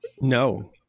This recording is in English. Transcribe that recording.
no